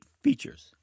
features